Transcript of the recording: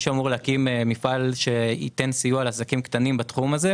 שאמור להקים מפעל שייתן סיוע לעסקים קטנים בתחום הזה,